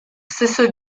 stesso